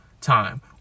time